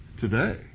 today